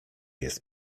jest